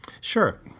Sure